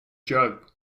jug